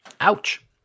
Ouch